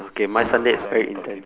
okay my sunday is very intense